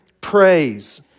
praise